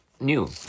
new